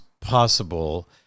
possible